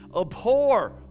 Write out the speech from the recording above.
Abhor